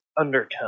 undertone